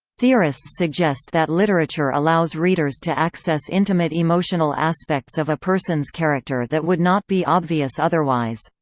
theorists suggest that literature allows readers to access intimate emotional aspects of a person's character that would not be obvious otherwise.